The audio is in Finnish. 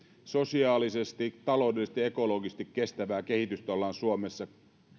sosiaalisesti taloudellisesti ja ekologisesti kestävää kehitystä ollaan suomessa